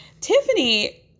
Tiffany